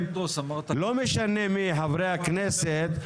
לא משנה מי חברי הכנסת,